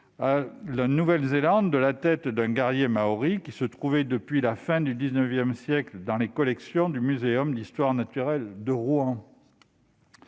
à la Nouvelle-Zélande de la tête d'un guerrier maori, qui se trouvait depuis la fin du XIXsiècle dans les collections du Muséum d'histoire naturelle de Rouen.